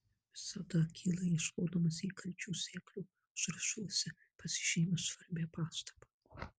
visada akylai ieškodamas įkalčių seklio užrašuose pasižymiu svarbią pastabą